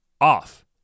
off